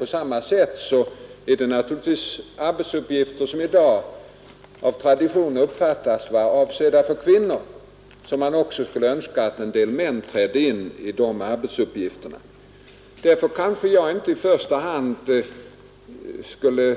På samma sätt skulle man också önska att en del män trädde in i arbetsuppgifter som av tradition uppfattas som avsedda för kvinnor. Därför kanske jag inte i första hand skall